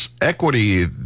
equity